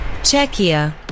Czechia